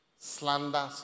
Slander